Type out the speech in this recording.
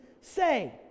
say